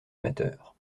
amateur